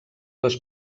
les